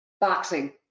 Boxing